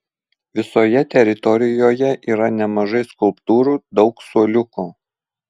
visoje teritorijoje yra nemažai skulptūrų daug suoliukų